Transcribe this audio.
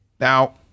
Now